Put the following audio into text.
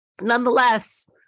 Nonetheless